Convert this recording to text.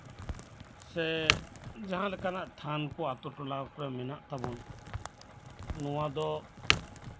ᱥᱮ ᱡᱟᱦᱟᱸᱞᱮᱠᱟᱱᱟᱜ ᱛᱷᱟᱱ ᱠᱚ ᱟᱛᱳ ᱴᱚᱞᱟ ᱠᱚᱨᱮ ᱢᱮᱱᱟᱜ ᱛᱟᱵᱚᱱ ᱱᱚᱣᱟ ᱫᱚ